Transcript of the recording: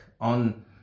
on